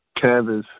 canvas